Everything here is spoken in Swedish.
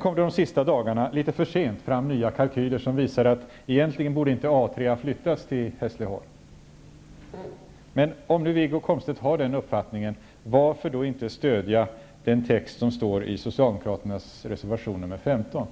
Komstedt att de nya kalkyler som presenterades de sista dagarna kom litet för sent, och egentligen borde inte A 3 flyttas till Hässleholm. Men om nu Wiggo Komstedt har den uppfattningen, varför då inte stödja den skrivning som finns i socialdemokraternas reservation nr 15?